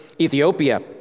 Ethiopia